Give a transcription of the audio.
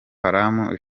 haram